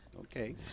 Okay